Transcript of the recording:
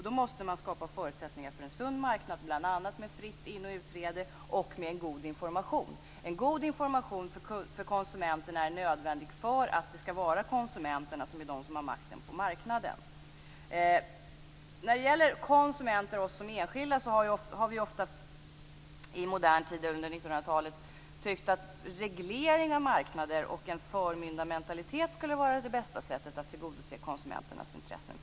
Då måste man skapa förutsättningar för en sund marknad, bl.a. med fritt in och utträde och med en god information. En god information för konsumenterna är nödvändig för att det skall vara konsumenterna som har makten på marknaden. När det gäller enskilda konsumenter har vi ofta i modern tid under 1900-talet tyckt att reglering av marknader och en förmyndarmentalitet skulle vara det bästa sättet att tillgodose konsumenternas intressen.